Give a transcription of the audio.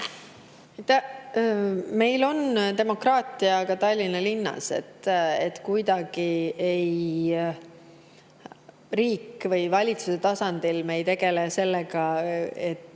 Meil on demokraatia ka Tallinna linnas. Riigi või valitsuse tasandil me ei tegele sellega, kes